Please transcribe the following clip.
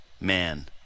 man